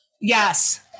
yes